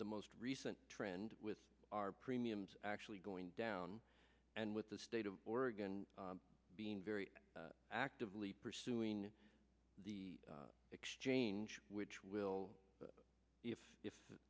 the most recent trend with our premiums actually going down and with the state of oregon being very actively pursuing the exchange which will if